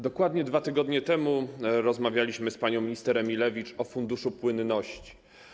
Dokładnie 2 tygodnie temu rozmawialiśmy z panią minister Emilewicz o funduszu płynności.